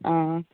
आं